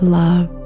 love